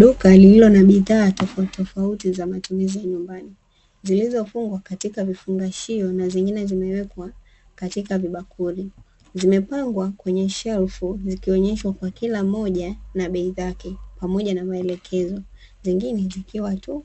Duka lililo na bidhaa tofautitofauti za matumizi ya nyumbani zilizofungwa katika vifungashio na zingine zimewekwa katika vibakuli, zimepangwa kwenye shelfu zikionesha kwa kila moja na bei zake pamoja na maelekezo, zingine zikiwa tu